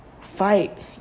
fight